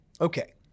Okay